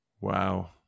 Wow